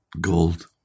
Gold